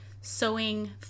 sewing